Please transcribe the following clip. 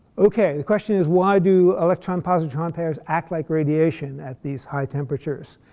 ok. the question is, why do electron-positron pairs act like radiation at these high temperatures?